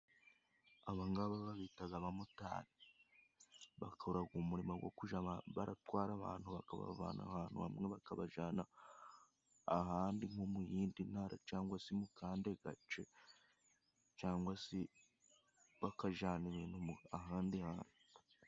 Aba ngaba babita abamotari. Bakora umurimo wo kujya baratwara abantu, bakabavana ahantu hamwe bakabajyana ahandi nko mu yindi ntara, cyangwa se mu kandi gace, cyangwa se bakajyana ibintu ahandi hantu.